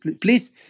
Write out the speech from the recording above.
please